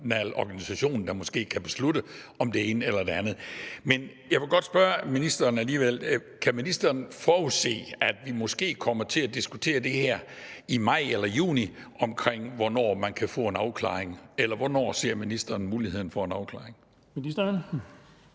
organisation, der kan beslutte det ene eller det andet. Men jeg vil godt spørge ministeren alligevel: Kan man forudse, at vi måske kommer til at diskutere det her i maj eller juni om, hvornår man kan få en afklaring? Eller hvornår ser ministeren muligheden for en afklaring?